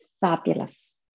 fabulous